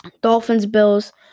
Dolphins-Bills